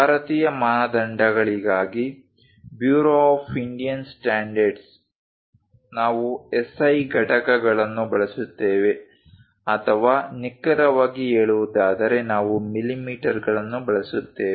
ಭಾರತೀಯ ಮಾನದಂಡಗಳಿಗಾಗಿ bureau of Indian standards ನಾವು SI ಘಟಕಗಳನ್ನು ಬಳಸುತ್ತೇವೆ ಅಥವಾ ನಿಖರವಾಗಿ ಹೇಳುವುದಾದರೆ ನಾವು ಮಿಲಿಮೀಟರ್ಗಳನ್ನು ಬಳಸುತ್ತೇವೆ